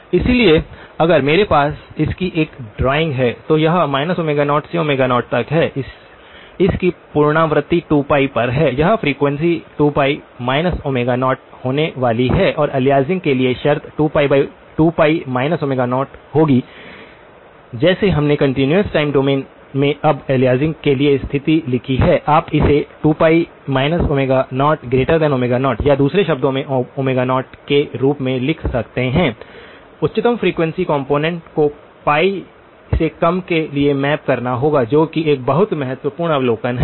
इसलिए अगर मेरे पास इसकी एक ड्राइंग है तो यह 0 से 0 तक है इस की पुनरावृत्ति 2π पर है यह फ्रीक्वेंसी 2π 0 होने वाली है और अलियासिंग के लिए शर्त 2π 0 होगी जैसे हमने कंटीन्यूअस टाइम डोमेन में अब एलियासिंग के लिए स्थिति लिखी है आप इसे 2π 00 या दूसरे शब्दों में 0 के रूप में लिख सकते हैं उच्चतम फ्रीक्वेंसी कॉम्पोनेन्ट को π से कम के लिए मैप करना होगा जो कि एक बहुत महत्वपूर्ण अवलोकन है